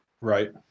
Right